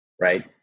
right